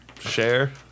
Share